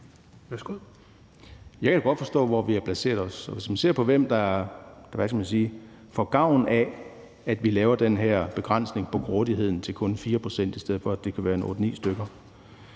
Jeg kan da godt forstå, hvor vi har placeret os, og hvis man ser på, hvem der får gavn af, at vi laver den her begrænsning af grådigheden til kun 4 pct., i stedet for at det kan være 8-9 pct.,